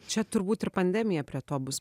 čia turbūt ir pandemija prie to bus